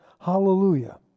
Hallelujah